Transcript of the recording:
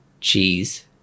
Cheese